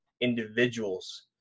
individuals